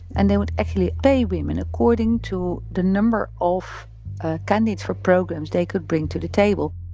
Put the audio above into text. and they would actually pay women according to the number of candidates for programs they could bring to the table